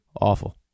Awful